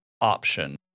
option